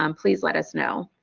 um please let us know.